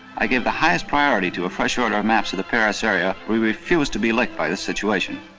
i gave the highest priority to a fresh order of maps to the paris area, we refused to be licked by this situation.